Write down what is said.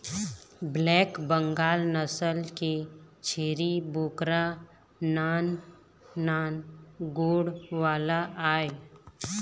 black Bengal नसल के छेरी बोकरा नान नान गोड़ वाला आय